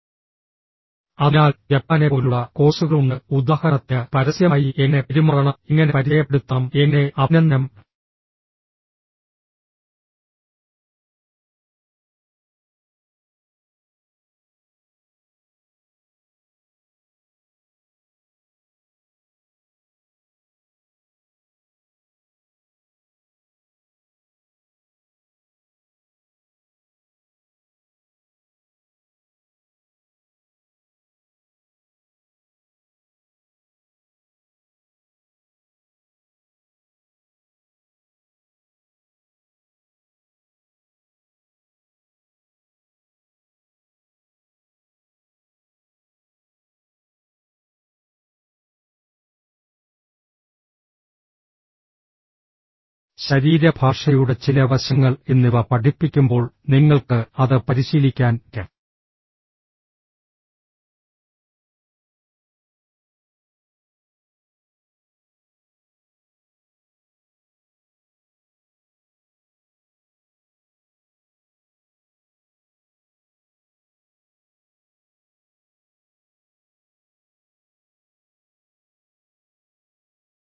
അതിനാൽ ജപ്പാനെപ്പോലുള്ള കോഴ്സുകൾ ഉണ്ട് ഉദാഹരണത്തിന് പരസ്യമായി എങ്ങനെ പെരുമാറണം എങ്ങനെ പരിചയപ്പെടുത്തണം എങ്ങനെ അഭിനന്ദനം പ്രകടിപ്പിക്കണം മറ്റുള്ളവർക്ക് മുമ്പ് എങ്ങനെ ഭക്ഷണം കഴിക്കണം അതിനാൽ ഇപ്പോൾ ആ പെരുമാറ്റം വളർത്തിയെടുക്കാൻ കഴിയും അത് ഞങ്ങൾക്ക് പ്രധാനപ്പെട്ടതും രസകരവുമാണ് അതാണ് ഞാൻ നിങ്ങൾക്ക് മുന്നിൽ വയ്ക്കാൻ ആഗ്രഹിക്കുന്ന പ്രധാന ആശയം ശരീരഭാഷയുടെ കാര്യത്തിൽ നിങ്ങൾ അത്ര നല്ലവനല്ലെന്ന് നിങ്ങൾ കരുതുന്നുണ്ടെങ്കിൽ നിങ്ങൾ ചിന്തിക്കരുത്